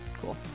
Cool